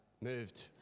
moved